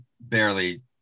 barely